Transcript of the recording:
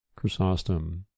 chrysostom